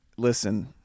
Listen